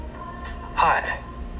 Hi